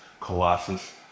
colossus